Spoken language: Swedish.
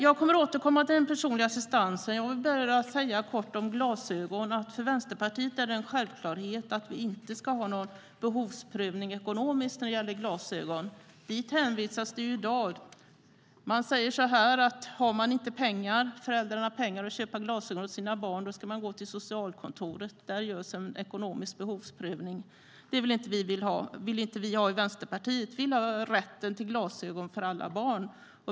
Jag kommer att återkomma till den personliga assistansen men vill bara säga kort om glasögon att för Vänsterpartiet är det en självklarhet att vi inte ska ha någon ekonomisk behovsprövning när det gäller glasögon, vilket det hänvisas till i dag. Man säger att har föräldrarna inte pengar att köpa glasögon åt sina barn för ska de gå till socialkontoret där en ekonomisk behovsprövning görs. Så vill inte vi i Vänsterpartiet ha det. Vi vill ha rätt till glasögon för alla barn.